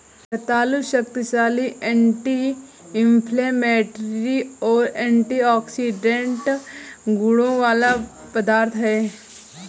रतालू शक्तिशाली anti inflammatory और एंटीऑक्सीडेंट गुणों वाला पदार्थ है